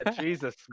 Jesus